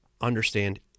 understand